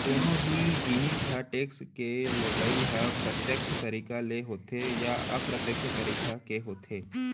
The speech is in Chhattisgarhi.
कोनो भी जिनिस म टेक्स के लगई ह प्रत्यक्छ तरीका ले होथे या अप्रत्यक्छ तरीका के होथे